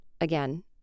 again